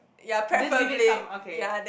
this leave it some okay